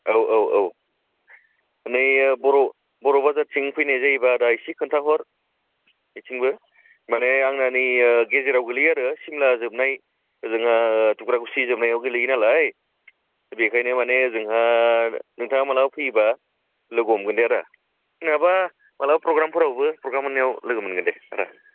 औ औ औ जोंनि बर' बर' बाजारथिं फैनाय जायोबा आदा एसे खोन्थाहर बेथिंबो माने आङा नै गेजेराव गोलैयो आरो सिमला जोबनाय जोंहा थुग्रागुसि जोबनायाव गोलैयो नालाय बेखायनो माने ओजोंहा नोंथाङा मालाबा फैयोबा लोगो हमगोन दे आदा नोङाबा मालाबा प्रग्रामफोरावबो प्रग्राम मोन्नायाव लोगो मोनगोन दे आदा